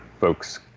folks